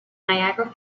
niagara